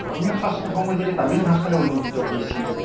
ধৰ্মীয় শাস্ত্ৰসমূহ যেতিয়া তামিল ভাষালৈ অনুদিত হৈছিল